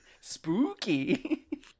Spooky